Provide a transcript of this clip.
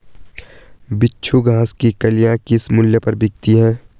बिच्छू घास की कलियां किस मूल्य पर बिकती हैं?